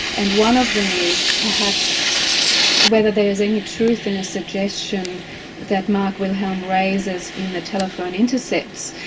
and one of them is perhaps whether there's any truth in a suggestion that mark wilhelm raises in the telephone intercepts,